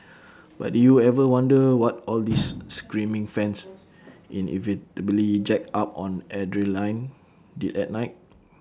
but did you ever wonder what all these screaming fans inevitably jacked up on adrenaline did at night